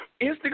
Instagram